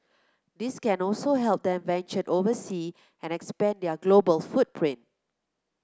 this can also help them venture oversea and expand their global footprint